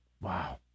Wow